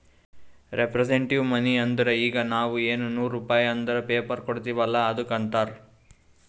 representative money ಅಂದುರ್ ಈಗ ನಾವ್ ಎನ್ ನೂರ್ ರುಪೇ ಅಂದುರ್ ಪೇಪರ್ ಕೊಡ್ತಿವ್ ಅಲ್ಲ ಅದ್ದುಕ್ ಅಂತಾರ್